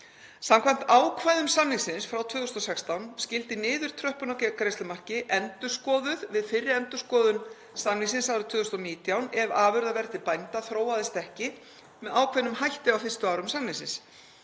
Samkvæmt ákvæðum samningsins frá 2016 skyldi niðurtröppun gegn greiðslumarki endurskoðuð við fyrri endurskoðun samningsins árið 2019 ef afurðaverð til bænda þróaðist ekki með ákveðnum hætti á fyrstu árum samningsins.